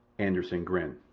anderssen grinned.